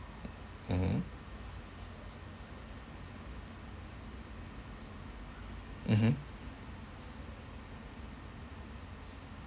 mmhmm mmhmm